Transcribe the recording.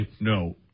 no